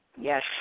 Yes